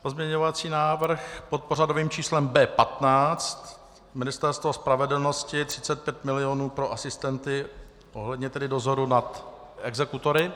Pozměňovací návrh pod pořadovým číslem B15 Ministerstvo spravedlnosti, 35 milionů pro asistenty ohledně dozoru nad exekutory.